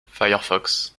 firefox